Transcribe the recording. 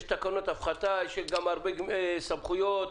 יש תקנות הפחתה, יש הרבה סמכויות,